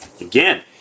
Again